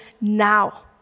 now